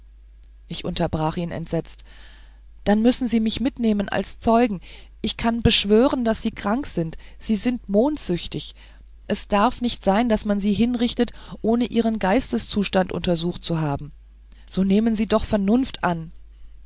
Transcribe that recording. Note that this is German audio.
ich unterbrach ihn entsetzt dann müssen sie mich mitnehmen als zeugen ich werde beschwören daß sie krank sind sie sind mondsüchtig es darf nicht sein daß man sie hinrichtet ohne ihren geisteszustand untersucht zu haben so nehmen sie doch vernunft an